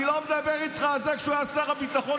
אני לא מדבר איתך על זה שכשהוא היה שר הביטחון,